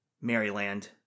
Maryland